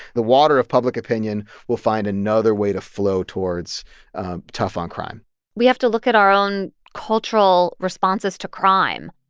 the water of public opinion will find another way to flow towards tough on crime we have to look at our own cultural responses to crime.